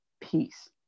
peace